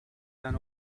than